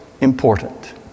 important